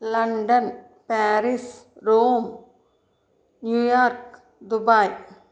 London Paris Rome New York Dubai